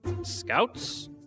Scouts